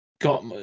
Got